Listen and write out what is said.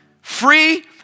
Free